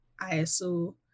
ISO